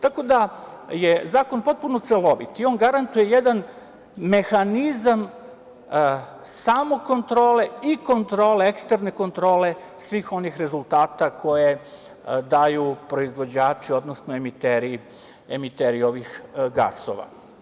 Tako da je zakon potpuno celovit i on garantuje jedan mehanizam samokontrole i kontrole, eksterne kontrole svih onih rezultata koje daju proizvođači, odnosno emiteri ovih gasova.